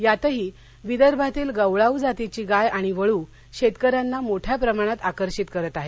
यातही विदर्भातील गवळावू जातीची गाय आणि वळू शेतकऱ्यांना मोठ्या प्रमाणात आकर्षित करीत आहे